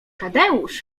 tadeusz